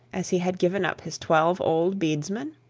as he had given up his twelve old bedesmen?